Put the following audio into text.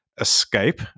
escape